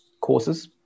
courses